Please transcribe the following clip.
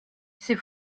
ces